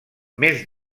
més